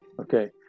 okay